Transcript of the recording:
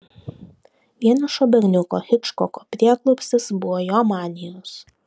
vienišo berniuko hičkoko prieglobstis buvo jo manijos